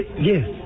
Yes